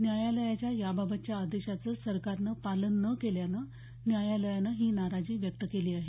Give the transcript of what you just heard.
न्यायालयाच्या याबाबतच्या आदेशाचं सरकारनं पालन न केल्यानं न्यायालयानं ही नाराजी व्यक्त केली आहे